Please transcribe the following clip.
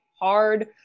hard